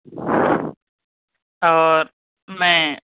اور میں